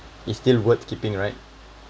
it's still worth keeping right